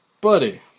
buddy